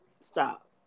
stop